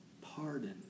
pardon